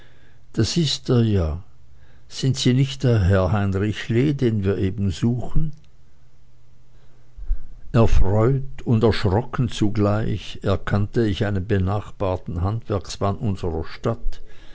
da ist er ja sind sie nicht der herr heinrich lee den wir eben suchen erfreut und erschrocken zugleich erkannte ich einen benachbarten handwerksmann unserer stadt